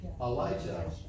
Elijah